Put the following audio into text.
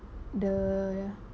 the